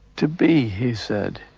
to be, he said,